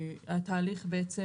והתהליך רץ,